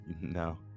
no